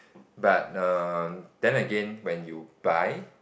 but um then again when you buy